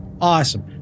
Awesome